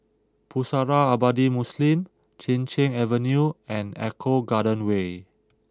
Pusara Abadi Muslim Chin Cheng Avenue and Eco Garden Way